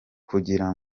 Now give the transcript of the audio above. kugira